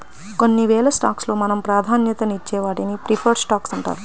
కొన్ని వేల స్టాక్స్ లో మనం ప్రాధాన్యతనిచ్చే వాటిని ప్రిఫర్డ్ స్టాక్స్ అంటారు